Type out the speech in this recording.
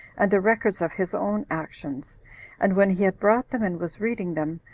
and the records of his own actions and when he had brought them, and was reading them,